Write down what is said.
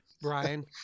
brian